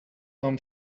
tom